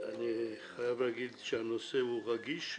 אני חייב להגיד שהנושא הוא רגיש,